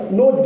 no